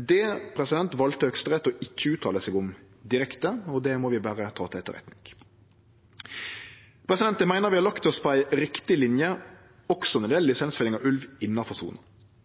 Det valde Høgsterett å ikkje uttale seg om direkte, og det må vi berre ta til etterretning. Eg meiner vi har lagt oss på ei riktig linje, også når det gjeld lisensfelling av ulv innanfor